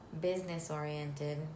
business-oriented